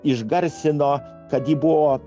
išgarsino kad ji buvo